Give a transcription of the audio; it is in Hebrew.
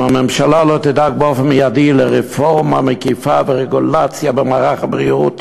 אם הממשלה לא תדאג באופן מיידי לרפורמה מקיפה ולרגולציה במערך הבריאות,